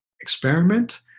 experiment